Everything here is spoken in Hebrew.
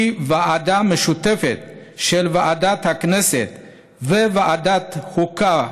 כי ועדה משותפת של ועדת הכנסת וועדת החוקה,